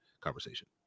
conversation